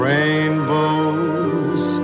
Rainbows